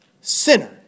Sinner